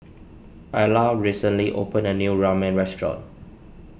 Ayla recently opened a new Ramen restaurant